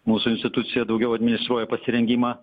mūsų institucija daugiau administruoja pasirengimą